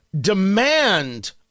demand